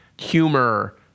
humor